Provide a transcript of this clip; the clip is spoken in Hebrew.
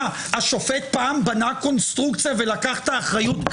מה, השופט פעם בנה קונסטרוקציה ולקח את האחריות?